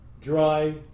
dry